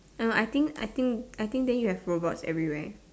I know I think I think I think then you have robots everywhere